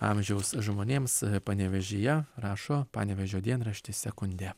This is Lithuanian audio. amžiaus žmonėms panevėžyje rašo panevėžio dienraštis sekundė